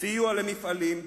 סיוע למפעלים,